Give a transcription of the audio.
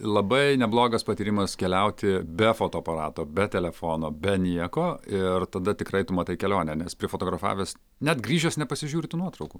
labai neblogas patyrimas keliauti be fotoaparato be telefono be nieko ir tada tikrai tu matai kelionę nes prie fotografavęs net grįžęs nepasižiūri tų nuotraukų